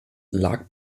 lag